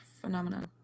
phenomenon